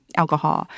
alcohol